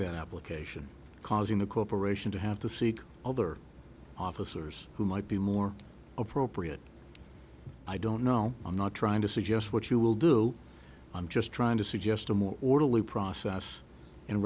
that application causing the corporation to have to seek other officers who might be more appropriate i don't know i'm not trying to suggest what you will do i'm just trying to suggest a more orderly process